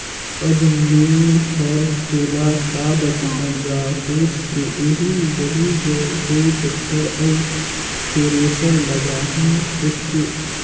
अब मे हर तोला का बताओ गा सोच के एही रही ग हो टेक्टर अउ थेरेसर लागहूँ कहिके